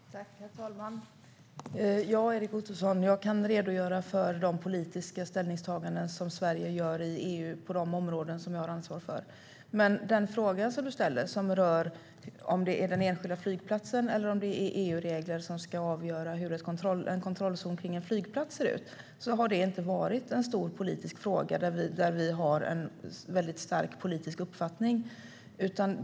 Herr talman! Ja, Erik Ottoson, jag kan redogöra för de politiska ställningstaganden som Sverige gör i EU på de områden som jag har ansvar för. Men den fråga som du ställer, och som rör om det är den enskilda flygplatsen eller om det är EU-regler som ska avgöra hur en kontrollzon kring en flygplats ser ut, har inte varit en stor politisk fråga där vi har en mycket stark politisk uppfattning.